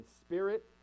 spirit